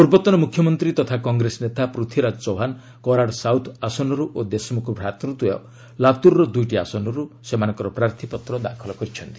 ପୂର୍ବତନ ମୁଖ୍ୟମନ୍ତ୍ରୀ ତଥା କଂଗ୍ରେସ ନେତା ପୃଥ୍ୱୀରାଜ ଚୌହାନ୍ କରାଡ଼ ସାଉଥ୍ ଆସନରୁ ଓ ଦେଶମୁଖ ଭ୍ରାତୃଦ୍ୱୟ ଲାତୁର୍ର ଦୁଇଟି ଆସନରୁ ପ୍ରାର୍ଥୀପତ୍ର ଦାଖଲ କରିଛନ୍ତି